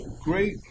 great